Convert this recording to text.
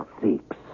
six